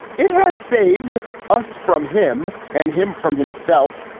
it has saved us from him and him from himself.